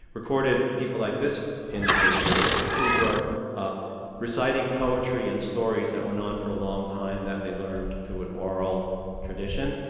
recorded people like this individual who were reciting poetry and stories that went on for a long time that they learned through an oral tradition.